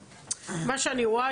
מה שאני רואה,